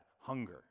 hunger